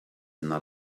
not